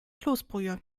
kloßbrühe